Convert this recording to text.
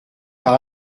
par